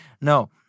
No